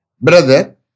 Brother